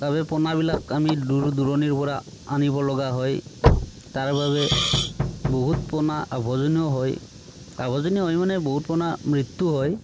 তাৰ বাবে পোনাবিলাক আমি দূৰ দূৰণিৰ পৰা আনিব লগা হয় তাৰ বাবে বহুত পোনা আৱৰ্জনীয় হয় আৱৰ্জনীয় হয় মানে বহুত পোনা মৃত্যু হয়